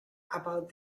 about